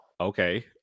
Okay